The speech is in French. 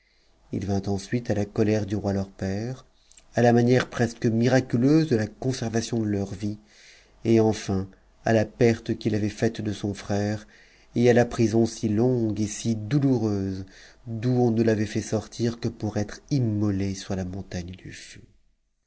il vint ensuite à la colère du roi leur père à la mam presque miraculeuse de la conservation de leur vie et enfin à la t qu'i av ait faite de son frèrf et à la prison si longue et si dou o où on ne l'avait tait sortit que pour être immolé sur la montagne t u